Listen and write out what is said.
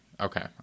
okay